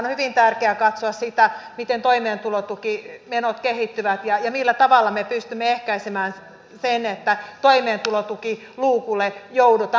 on hyvin tärkeää katsoa miten toimeentulotukimenot kehittyvät ja millä tavalla me pystymme ehkäisemään sen että toimeentulotukiluukulle joudutaan